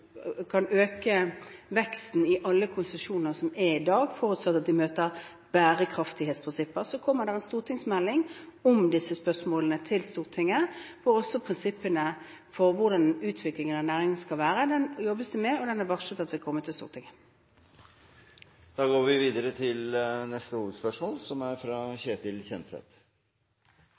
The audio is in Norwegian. veksten i alle konsesjoner som er i dag, forutsatt at de møter bærekraftighetsprinsipper. Så kommer det en stortingsmelding om disse spørsmålene til Stortinget og også om prinsippene for hvordan utviklingen av næringen skal være. Den jobbes det med, og det er varslet at den vil komme til Stortinget. Vi går videre til neste hovedspørsmål. Riksrevisjonen la i går fram en rapport som sier at det er